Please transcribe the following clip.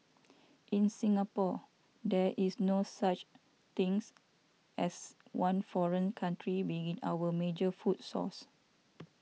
in Singapore there is no such things as one foreign country being our major food source